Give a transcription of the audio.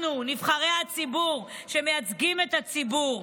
אנחנו נבחרי הציבור, שמייצגים את הציבור.